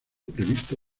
previsto